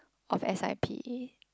of S_I_P